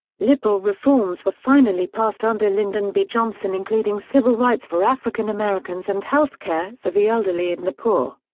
liberal reforms were finally passed under lyndon b. johnson including civil rights for african americans and healthcare for the elderly and the poor.